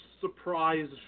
surprise